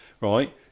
right